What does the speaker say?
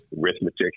arithmetic